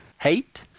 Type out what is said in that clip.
hate